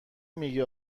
میگی